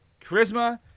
charisma